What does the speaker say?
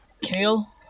Kale